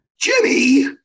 Jimmy